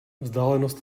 vzdálenost